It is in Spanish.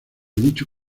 dicho